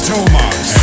Tomas